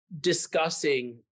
discussing